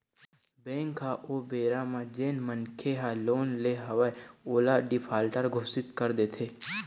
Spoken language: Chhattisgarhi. बेंक ह ओ बेरा म जेन मनखे ह लोन ले हवय ओला डिफाल्टर घोसित कर देथे